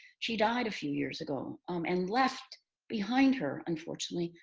she died a few years ago um and left behind her, unfortunately,